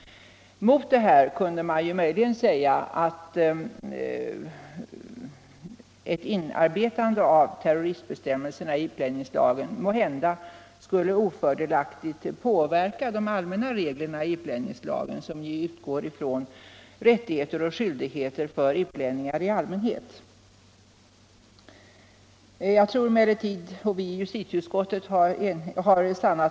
Mot förslaget kunde man säga att ett inarbetande av terroristbestämmelserna i utlänningslagen måhända skulle ofördelaktigt påverka de allmänna reglerna i utlänningslagen, som ju utgår från rättigheter och skyldigheter för utlänningarna i allmänhet. Jag tror emellertid att fördelarna överväger nackdelarna.